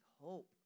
hope